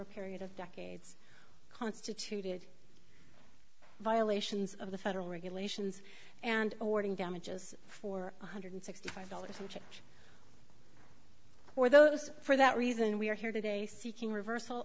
a period of decades constituted violations of the federal regulations and awarding damages for one hundred sixty five dollars which for those for that reason we are here today seeking reversal